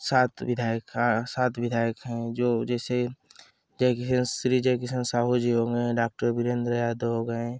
सात विधायक हाँ सात विधायक हैं जो जैसे जय किसान श्री जय किसान साहू जी हो गये डाक्टर वीरेंद्र यादव हो गये